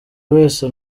wese